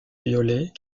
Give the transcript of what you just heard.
violet